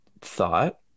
thought